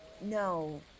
No